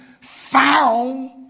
found